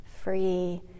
free